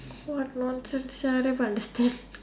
what nonsense sia I don't even understand